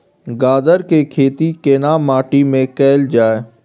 गाजर के खेती केना माटी में कैल जाए?